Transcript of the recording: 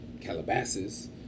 Calabasas